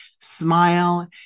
smile